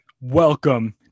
Welcome